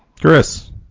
Chris